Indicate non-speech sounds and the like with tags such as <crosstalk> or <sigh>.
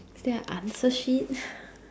is there a answer sheet <breath>